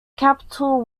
capital